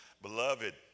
Beloved